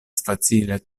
facile